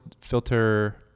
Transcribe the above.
filter